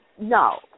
No